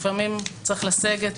לפעמים צריך לסגת,